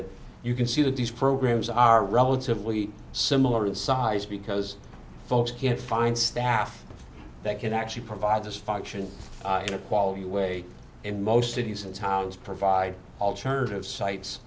you can see that these programs are relatively similar in size because folks can find staff that can actually provide this function in a quality way in most cities and towns provide alternative sites